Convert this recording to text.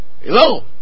Hello